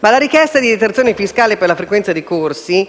ma la richiesta di detrazione fiscale per la frequenza di corsi,